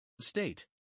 state